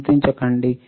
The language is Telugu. చింతించండి